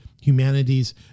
humanities